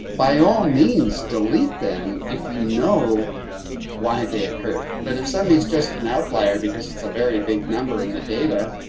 by all means delete them if you know why they occurred. but if somebody is just an outlier, because it's a very big number in the data,